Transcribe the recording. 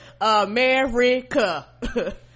America